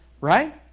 right